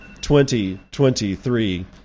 2023